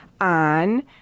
on